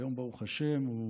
היום, ברוך השם, הוא